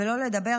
ולא לדבר,